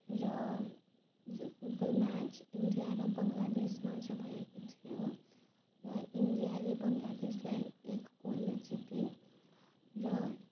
र यो football match India र बङ्ग्लादेशमाझ भएको थियो र इन्डियाले बङ्ग्लादेशलाई एक गोलले जिते र